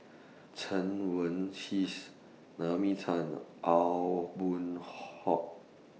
Chen Wen Hsi Naomi Tan Aw Boon Haw